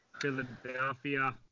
Philadelphia